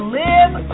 live